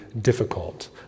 difficult